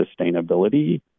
sustainability